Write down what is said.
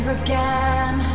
again